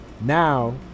Now